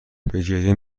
گریه